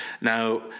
Now